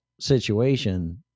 situation